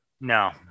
No